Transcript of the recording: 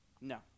No